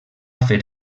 fer